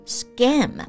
scam